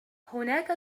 هناك